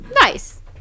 Nice